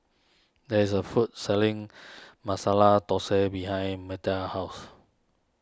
there is a food selling Masala Thosai behind Metta's house